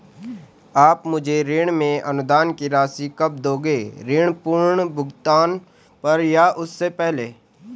आप मुझे ऋण में अनुदान की राशि कब दोगे ऋण पूर्ण भुगतान पर या उससे पहले?